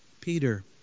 Peter